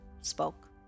spoke